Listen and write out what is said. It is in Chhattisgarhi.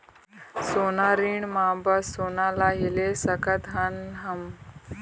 सोना ऋण मा बस सोना ला ही ले सकत हन हम?